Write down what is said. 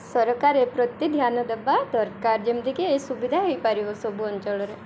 ସରକାର ଏ ପ୍ରତି ଧ୍ୟାନ ଦେବା ଦରକାର ଯେମିତିକି ଏ ସୁବିଧା ହେଇପାରିବ ସବୁ ଅଞ୍ଚଳରେ